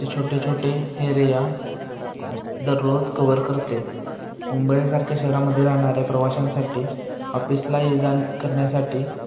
चे छोटे छोटे एरिया दररोज कवर करते मुंबईसारख्या शहरामध्ये राहणाऱ्या प्रवाशांसाटी ऑफिसला ये जा करन्यासाठी